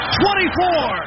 24